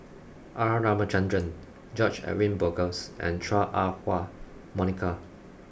R Ramachandran George Edwin Bogaars and Chua Ah Huwa Monica